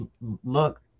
look